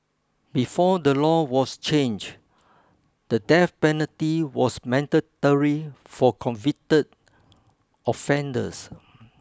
before the law was changed the death penalty was mandatory for convicted offenders